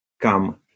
come